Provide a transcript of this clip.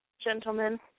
gentlemen